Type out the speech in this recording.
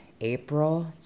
April